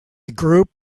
group